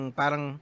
parang